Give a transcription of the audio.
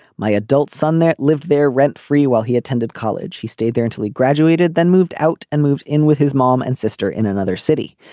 my adult son that lived there rent free while he attended college. he stayed there until he graduated then moved out and moved in with his mom and sister in another city.